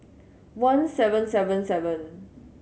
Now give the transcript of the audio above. one seven seven seven